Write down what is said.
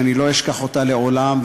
שלא אשכח אותה לעולם,